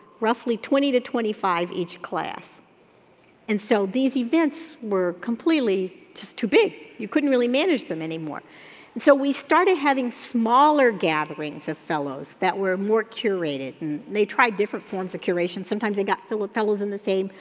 roughly twenty to twenty five each class and so these events were completely just too big, you couldn't really manage them anymore and so we started having smaller gatherings of fellows that were more curated and they tried different forms of curation, sometimes they got fellows fellows in the same,